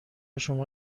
شما